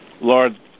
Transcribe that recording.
Lord